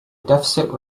deficit